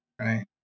right